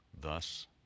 thus